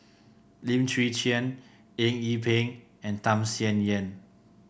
Lim Chwee Chian Eng Yee Peng and Tham Sien Yen